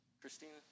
Christina